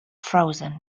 frozen